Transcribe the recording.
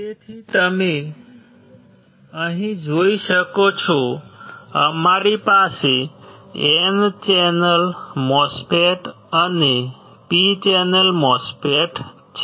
તેથી તમે અહીં જોઈ શકો છો અમારી પાસે P ચેનલ MOSFETs અને N ચેનલ MOSFET છે